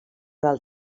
del